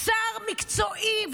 שר מקצועי,